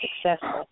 successful